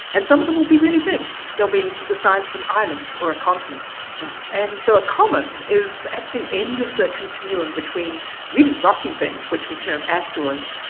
and some of them will be really big. they'll be the size of an island or a continent wow and so a comet is at the end of the continuum between really rocky things, which we term asteroids,